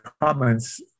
comments